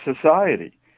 society